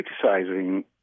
criticizing